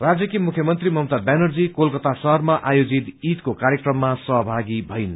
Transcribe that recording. राज्यकी मुख्यमन्त्री ममता व्यानर्जीले कलकता शहरमा आयोजित इदको कार्यक्रममा सहभागी भईन